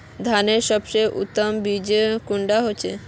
धानेर सबसे उत्तम बीज कुंडा होचए?